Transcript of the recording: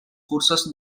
cursos